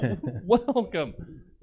welcome